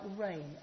rain